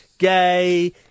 Gay